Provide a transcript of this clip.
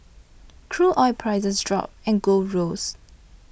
crude oil prices dropped and gold rose